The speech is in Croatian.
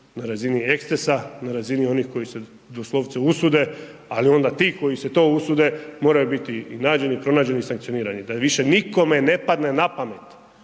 na razini ekscesa, na razini onih koji se doslovce usude ali onda ti koji se to usude, moraju biti nađeni i pronađeni i sankcionirani, da više nikome ne padne na pamet